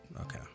Okay